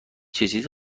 چیز